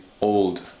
old